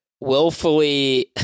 willfully